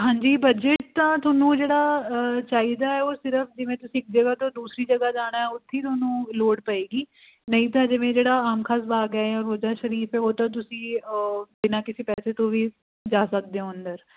ਹਾਂਜੀ ਬਜਟ ਤਾਂ ਤੁਹਾਨੂੰ ਜਿਹੜਾ ਚਾਹੀਦਾ ਉਹ ਸਿਰਫ ਜਿਵੇਂ ਤੁਸੀਂ ਇੱਕ ਜਗ੍ਹਾ ਤੋਂ ਦੂਸਰੀ ਜਗ੍ਹਾ ਜਾਣਾ ਉੱਥੇ ਤੁਹਾਨੂੰ ਲੋੜ ਪਏਗੀ ਨਹੀਂ ਤਾਂ ਜਿਵੇਂ ਜਿਹੜਾ ਆਮ ਖਾਸ ਬਾਗ ਹੈ ਜਾਂ ਰੋਜ਼ਾ ਸ਼ਰੀਫ ਹੈ ਉਹ ਤਾਂ ਤੁਸੀਂ ਬਿਨਾਂ ਕਿਸੇ ਪੈਸੇ ਤੋਂ ਵੀ ਜਾ ਸਕਦੇ ਹੋ ਅੰਦਰ